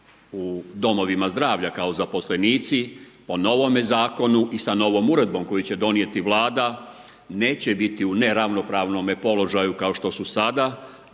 u domovima zdravlja kao zaposlenici po novome zakonu i sa novom uredbom koju će donijeti Vlada neće biti u neravnopravnome položaju kao što su sada